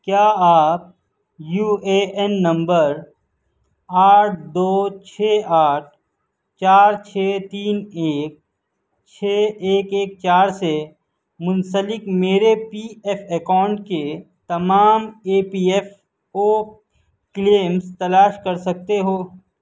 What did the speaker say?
کیا آپ U A N نمبر آٹھ دو چھ آٹھ چار چھ تین ایک چھ ایک ایک چار سے منسلک میرے پی ایف اکاؤنٹ کے تمام A P F O claims تلاش کر سکتے ہو